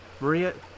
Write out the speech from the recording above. Maria